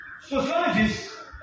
Sociologists